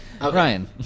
Ryan